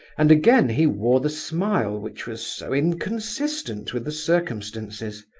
and again he wore the smile which was so inconsistent with the circumstances.